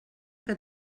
que